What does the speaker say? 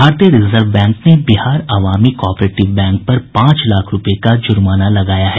भारतीय reserve bank ने Bihar Awami cooperative bank पर पांच लाख रूपये का जुर्माना लगाया है